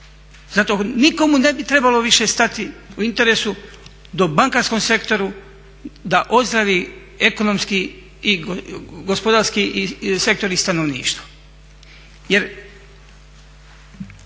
Zato nikomu ne bi trebalo više stati u interesu do bankarskom sektoru da ozdravi ekonomski i gospodarski sektor i stanovništvo.